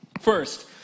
First